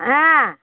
ஆ